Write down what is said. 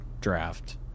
draft